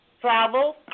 Travel